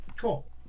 Cool